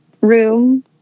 room